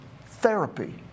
therapy